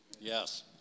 Yes